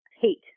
hate